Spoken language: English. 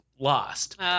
lost